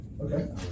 Okay